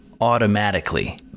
automatically